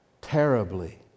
terribly